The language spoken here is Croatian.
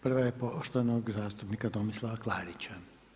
Prva je poštovanog zastupnika Tomislava Klarića.